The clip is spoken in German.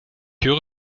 höre